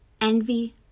envy